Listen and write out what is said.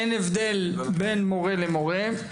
כפי שאמר השר: אין הבדל בין מורה למורה.